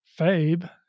Fabe